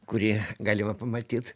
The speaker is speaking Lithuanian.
kurį galima pamatyt